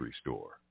store